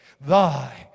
Thy